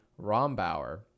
Rombauer